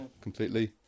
completely